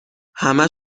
همه